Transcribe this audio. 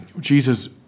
Jesus